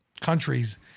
countries